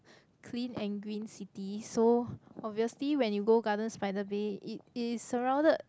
clean and green city so obviously when you go Gardens-by-the-Bay it is surrounded